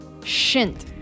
Shint